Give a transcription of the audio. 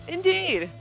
Indeed